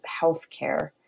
healthcare